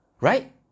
right